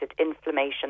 inflammation